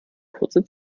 kurze